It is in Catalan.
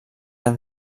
hem